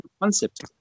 concept